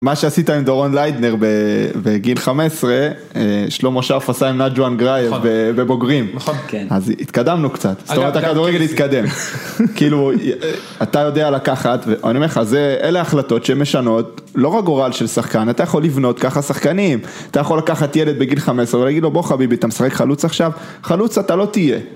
מה שעשית עם דורון ליידנר בגיל 15, שלמה שרף עשה עם נג'ואן גרייב בבוגרים. נכון, כן. אז התקדמנו קצת, זאת אומרת הכדורגל התקדם. כאילו, אתה יודע לקחת, ואני אומר לך, זה אלה החלטות שמשנות, לא רק גורל של שחקן, אתה יכול לבנות ככה שחקנים. אתה יכול לקחת ילד בגיל 15 ולהגיד לו בוא חביבי, אתה משחק חלוץ עכשיו? חלוץ אתה לא תהיה.